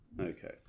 Okay